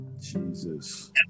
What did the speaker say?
Jesus